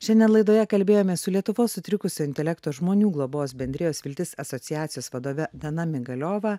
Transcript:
šiandien laidoje kalbėjome su lietuvos sutrikusio intelekto žmonių globos bendrijos viltis asociacijos vadove dana migaliova